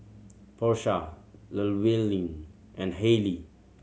Porsha Llewellyn and Halley